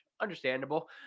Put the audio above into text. understandable